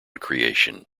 creation